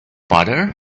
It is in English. butter